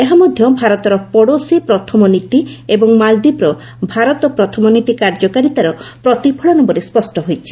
ଏହା ମଧ୍ୟ ଭାରତର ପଡ଼ୋଶୀ ପ୍ରଥମ ନୀତି ଏବଂ ମାଳଦ୍ୱୀପର ଭାରତ ପ୍ରଥମ ନୀତି କାର୍ଯ୍ୟକାରିତାର ପ୍ରତିଫଳନ ବୋଲି ସ୍ୱଷ୍ଟ ହୋଇଛି